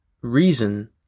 reason